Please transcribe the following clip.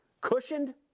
Cushioned